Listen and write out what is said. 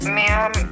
ma'am